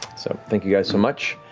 so thank you guys so much.